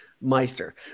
Meister